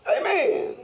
Amen